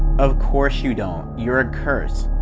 of course, you don't, you're a curse.